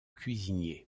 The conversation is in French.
cuisinier